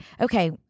Okay